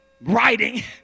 writing